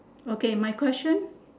okay my question